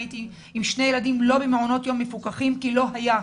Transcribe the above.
הייתי עם שני ילדים במעונות יום לא מפוקחים כי לא היה.